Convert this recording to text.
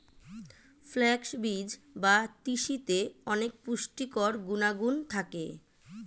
flax বীজ বা তিসিতে অনেক পুষ্টিকর গুণাগুণ থাকে